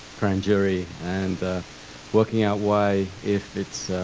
grand jury and working out why, if